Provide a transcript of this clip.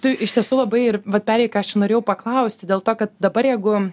tu iš tiesų labai ir vat perėjai ką aš ir norėjau paklausti dėl to kad dabar jeigu